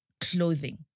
clothing